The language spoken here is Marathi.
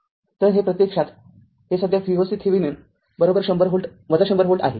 तर हे प्रत्यक्षात हे सध्या Voc थेविनिन १०० व्होल्ट आहे